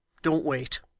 don't wait